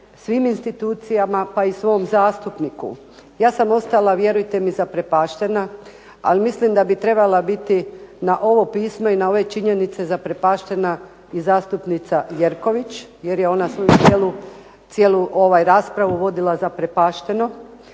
svim institucijama pa i svom zastupniku ja sam ostala vjerujte mi zaprepaštena, ali mislim da bi trebala biti na ovo pismo i na ove činjenice zaprepaštena i zastupnica Jerković jer je ona svoju cijelu raspravu vodila zaprepašteno